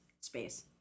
space